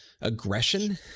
aggression